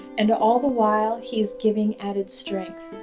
and all the while he is giving added strength!